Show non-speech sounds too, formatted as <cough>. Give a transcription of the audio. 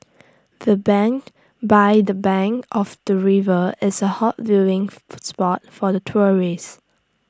the bench by the bank of the river is A hot viewing <noise> spot for the tourists